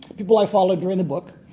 people i followed during the book.